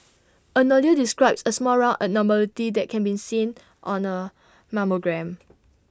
A nodule describes A small round abnormality that can be seen on A mammogram